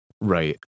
right